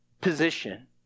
position